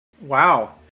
wow